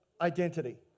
identity